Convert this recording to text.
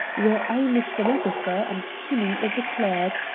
where i am a stenographer, and kinney is a clerk,